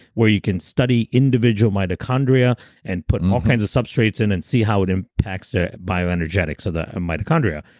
where you can study individual mitochondria and put and all kinds of substrates in and see how it impacts the bio-energetics of the mitochondria.